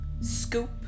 scoop